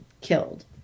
killed